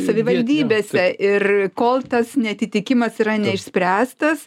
savivaldybėse ir kol tas neatitikimas yra neišspręstas